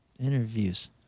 interviews